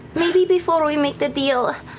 maybe before we make the deal,